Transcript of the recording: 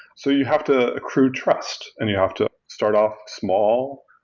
so you have to accrue trust and you have to start off small,